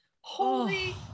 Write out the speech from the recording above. holy